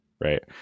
Right